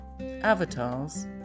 avatars